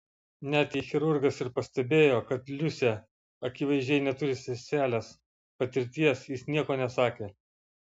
net jei chirurgas ir pastebėjo kad liusė akivaizdžiai neturi seselės patirties jis nieko nesakė